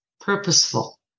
purposeful